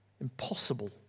Impossible